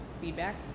feedback